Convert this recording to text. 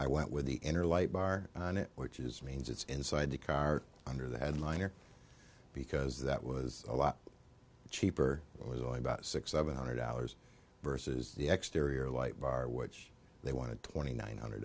i went with the inner light bar on it which is means it's inside the car under the headliner because that was a lot cheaper it was only about six seven hundred dollars versus the exteriors light bar which they want to twenty nine hundred